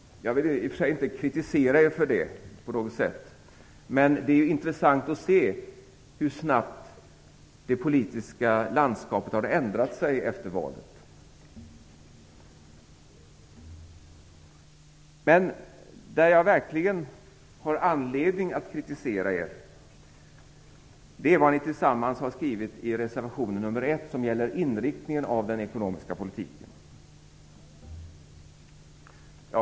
Jag vill i och för sig inte kritisera er för det på något sätt. Men det är intressant att se hur snabbt det politiska landskapet har ändrat sig efter valet. Men jag har verkligen anledning att kritisera er för vad ni tillsammans har skrivit i reservation nr 1, som gäller inriktningen av den ekonomiska politiken.